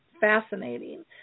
fascinating